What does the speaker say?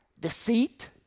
deceit